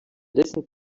listen